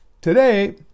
Today